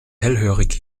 hellhörig